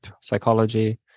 psychology